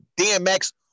DMX